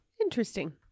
Interesting